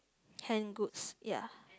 hand goods ya